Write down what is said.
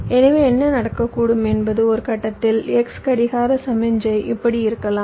எனவே என்ன நடக்கக்கூடும் என்பது ஒரு கட்டத்தில் x கடிகார சமிக்ஞை இப்படி இருக்கலாம்